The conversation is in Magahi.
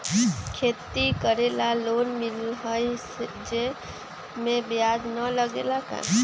खेती करे ला लोन मिलहई जे में ब्याज न लगेला का?